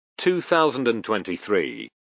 2023